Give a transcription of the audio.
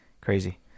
Crazy